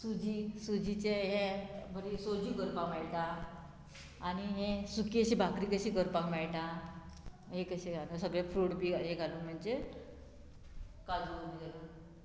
सुजी सुजीचे हे बरी सोजी करपाक मेळटा आनी हे सुकी अशी भाकरी कशी करपाक मेळटा हे कशे घालून सगळे फ्रूट बी हे घालूं म्हणजे काजू